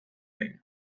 behin